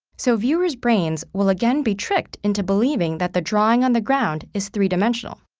so viewers' brains will again be tricked into believing that the drawing on the ground is three-dimensional.